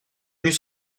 venus